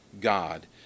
God